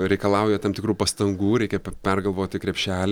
reikalauja tam tikrų pastangų reikia pergalvoti krepšelį